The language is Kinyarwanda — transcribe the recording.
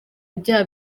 ibyaha